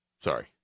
Sorry